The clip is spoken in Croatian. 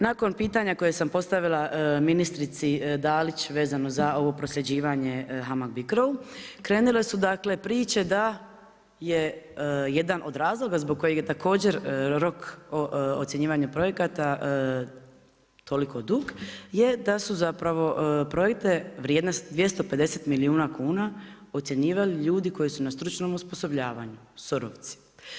Nakon pitanja koje sam postavila ministrici Dalić, vezano za ovo prosljeđivanje HAMAG BICRO, krenule su priče, da je jedan od razloga zbog kojeg je također rok ocjenjivanja projekata toliko dug, je da su zapravo projekate vrijedne 250 milijuna kuna, ocjenjivali ljudi koji su na stručnom osposobljavanju, SOR-ovci.